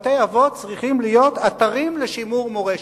בתי-אבות צריכים להיות אתרים לשימור מורשת.